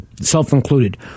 self-included